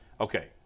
Okay